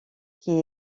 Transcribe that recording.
qui